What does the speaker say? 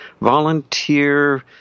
volunteer